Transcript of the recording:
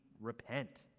repent